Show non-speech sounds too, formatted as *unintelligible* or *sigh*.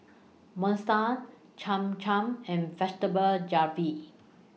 *unintelligible* Cham Cham and Vegetable Jalfrezi